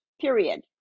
period